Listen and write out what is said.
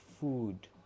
food